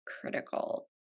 critical